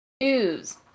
News